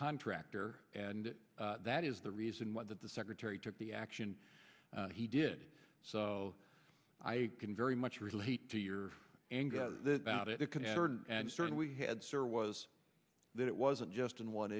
contractor and that is the reason why that the secretary took the action he did so i can very much relate to your anger about it and certainly had sir was that it wasn't just in one